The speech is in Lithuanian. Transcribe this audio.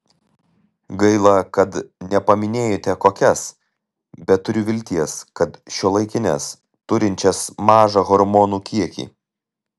gaila kad nepaminėjote kokias bet turiu vilties kad šiuolaikines turinčias mažą hormonų kiekį